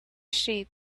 sheep